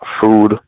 food